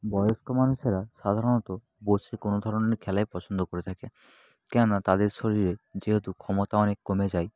বয়স্ক মানুষেরা সাধারণত বসে কোনো ধরনের খেলাই পছন্দ করে থাকে কেননা তাদের শরীরে যেহেতু ক্ষমতা অনেক কমে যায়